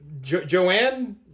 Joanne